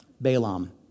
Balaam